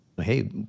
hey